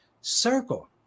circle